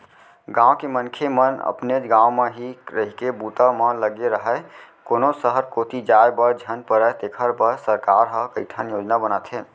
गाँव के मनखे मन अपनेच गाँव म ही रहिके बूता म लगे राहय, कोनो सहर कोती जाय बर झन परय तेखर बर सरकार ह कइठन योजना बनाथे